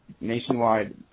nationwide